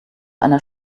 einer